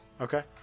Okay